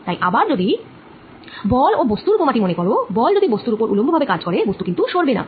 তাই আবার যদি বল অ বস্তুর উপমা টি মনে কর বল যদি বস্তুর ওপর উলম্ব ভাবে কাজ করে বস্তু কিন্তু সরবে না